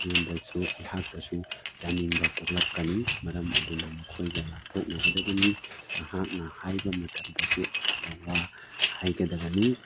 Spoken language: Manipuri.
ꯑꯩꯉꯣꯟꯗꯁꯨ ꯑꯩꯍꯥꯛꯇꯁꯨ ꯆꯥꯅꯤꯡꯕ ꯄꯣꯛꯂꯛꯀꯅꯤ ꯃꯔꯝ ꯑꯗꯨꯅ ꯃꯈꯣꯏꯒ ꯂꯥꯞꯊꯣꯛꯅꯒꯗꯕꯅꯤ ꯅꯍꯥꯛꯅ ꯍꯥꯏꯕ ꯃꯇꯝꯗꯁꯨ ꯑꯐꯕ ꯋꯥ ꯍꯥꯏꯒꯗꯕꯅꯤ